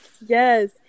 Yes